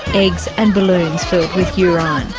eggs and balloons filled with urine.